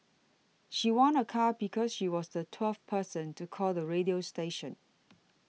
she won a car because she was the twelfth person to call the radio station